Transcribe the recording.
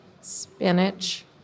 Spinach